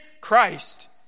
Christ